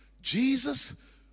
Jesus